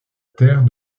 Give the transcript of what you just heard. terre